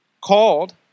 called